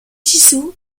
dissous